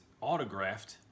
autographed